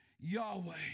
Yahweh